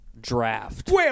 draft